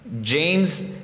James